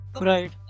Right